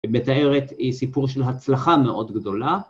‫מתארת סיפור של הצלחה מאוד גדולה.